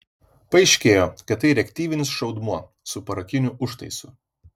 paaiškėjo kad tai reaktyvinis šaudmuo su parakiniu užtaisu